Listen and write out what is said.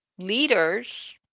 Leaders